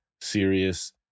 serious